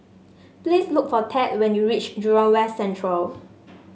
please look for Tad when you reach Jurong West Central